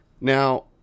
Now